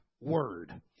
Word